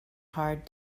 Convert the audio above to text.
hard